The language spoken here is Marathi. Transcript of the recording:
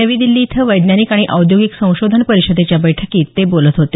नवी दिल्ली इथं वैज्ञानिक आणि औद्योगिक संशोधन परिषदेच्या बैठकीत ते बोलत होते